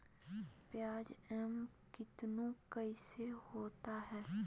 प्याज एम कितनु कैसा होता है?